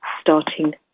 starting